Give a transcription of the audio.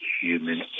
human